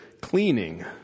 cleaning